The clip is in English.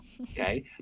okay